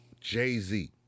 Jay-Z